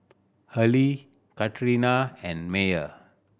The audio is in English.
Arley Katarina and Meyer